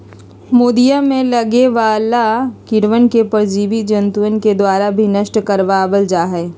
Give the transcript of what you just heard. मोदीया में लगे वाला कीड़वन के परजीवी जंतुअन के द्वारा भी नष्ट करवा वल जाहई